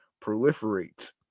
proliferate